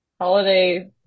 holiday